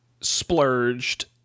splurged